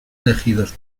elegidos